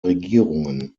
regierungen